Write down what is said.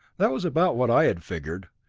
that was about what i had figured.